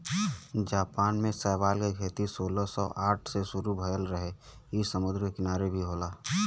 Japan में शैवाल के खेती सोलह सौ साठ से शुरू भयल रहे इ समुंदर के किनारे भी होला